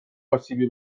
اسیبی